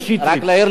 רק להעיר לך,